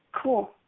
Cool